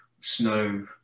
snow